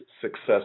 success